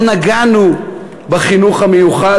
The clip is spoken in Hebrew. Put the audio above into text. לא נגענו בחינוך המיוחד.